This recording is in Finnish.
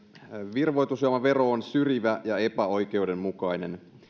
virvoitusjuomavero on syrjivä ja epäoikeudenmukainen